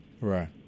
Right